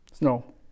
No